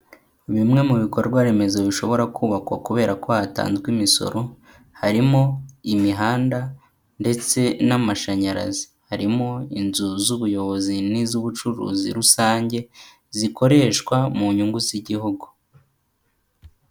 Bimwe mu bikorwa remezo bishobora kubakwa kubera ko hatanzwe imisoro, harimo imihanda ndetse n'amashanyarazi. Harimo inzu z'ubuyobozi ni iz'ubucuruzi rusange zikoreshwa mu nyungu z'igihugu.